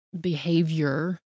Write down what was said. behavior